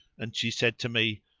and she said to me,